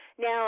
now